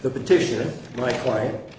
the petition my client